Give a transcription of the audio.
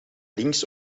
links